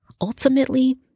Ultimately